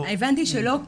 הבנתי שלא כל.